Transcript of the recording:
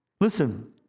Listen